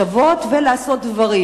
למחשבות ולעשות דברים.